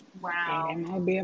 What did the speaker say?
Wow